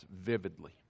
vividly